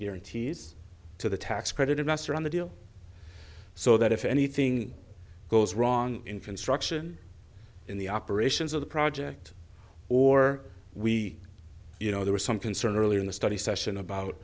guarantees to the tax credit investor on the deal so that if anything goes wrong in construction in the operations of the project or we you know there was some concern earlier in the study session about